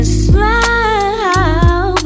smile